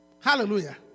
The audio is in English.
Hallelujah